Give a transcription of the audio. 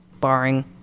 barring